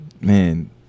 Man